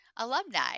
Alumni